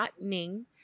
ning